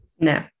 No